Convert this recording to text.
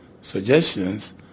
suggestions